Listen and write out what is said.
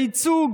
הייצוג